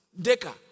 Deca